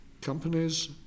Companies